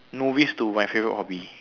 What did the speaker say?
novice to my favourite hobby